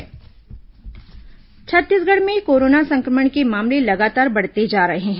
corona मरीज छत्तीसगढ़ में corona संक्रमण के मामले लगातार बढ़ते जा रहे हैं